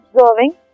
observing